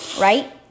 right